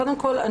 קודם כול,